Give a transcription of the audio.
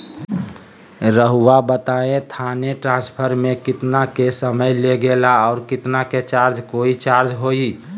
रहुआ बताएं थाने ट्रांसफर में कितना के समय लेगेला और कितना के चार्ज कोई चार्ज होई?